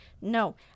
no